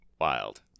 wild